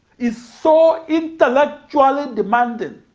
is so intellectually demanding